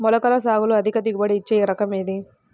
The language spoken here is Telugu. మొలకల సాగులో అధిక దిగుబడి ఇచ్చే రకం ఏది?